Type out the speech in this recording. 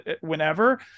whenever